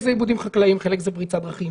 חלק זה עיבודים חקלאיים, חלק זה פריצת דרכים.